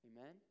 Amen